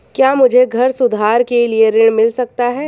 क्या मुझे घर सुधार के लिए ऋण मिल सकता है?